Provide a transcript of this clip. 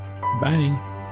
Bye